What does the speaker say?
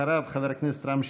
אחריו, חבר הכנסת רם שפע.